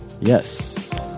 Yes